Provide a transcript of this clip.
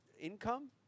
income